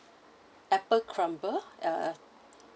apple crumble uh